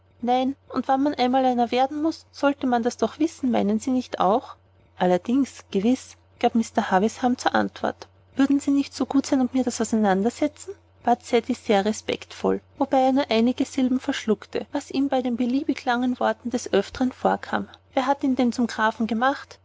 nein und wenn man einmal einer werden muß sollte man das doch wissen meinen sie nicht auch allerdings gewiß gab mr havisham zur antwort würden sie nicht so gut sein und mir das auseinandersetzen bat ceddie sehr respektvoll wobei er nur einige silben verschluckte was ihm bei den beliebten langen wörtern des öftern vorkam wer hat ihn denn zu einem grafen gemacht